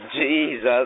Jesus